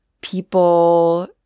People